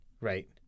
Right